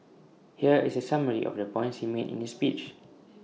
here is A summary of the points he made in the speech